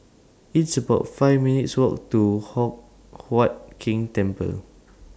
It's about five minutes' Walk to Hock Huat Keng Temple